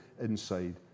inside